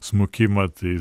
smukimą tai